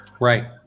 right